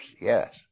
Yes